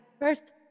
first